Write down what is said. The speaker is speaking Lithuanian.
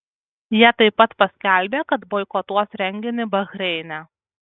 jie taip pat paskelbė kad boikotuos renginį bahreine